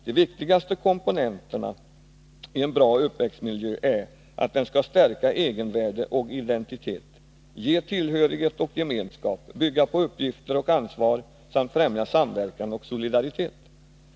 De viktigaste komponenterna i en bra uppväxtmiljö är att den skall stärka egenvärde och identitet, ge tillhörighet och gemenskap, bygga på uppgifter och ansvar samt främja samverkan och solidaritet.